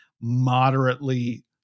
moderately